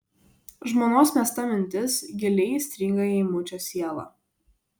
žmonos mesta mintis giliai įstringa į eimučio sielą